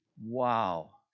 wow